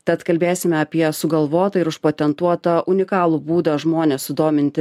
tad kalbėsime apie sugalvotą ir užpatentuotą unikalų būdą žmones sudominti